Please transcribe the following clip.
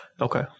Okay